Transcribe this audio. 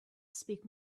speak